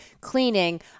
cleaning